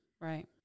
Right